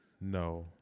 No